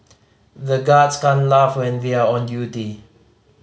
the guards can't laugh when they are on duty